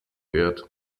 wird